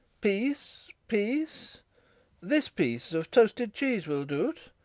peace, peace this piece of toasted cheese will do't.